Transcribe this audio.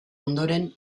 ondoren